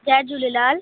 Jay Jhulelal